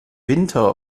winter